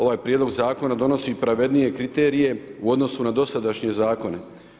Ovaj prijedlog zakona, donosi pravednije kriterije, u odnosu na dosadašnje zakone.